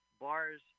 bars